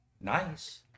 nice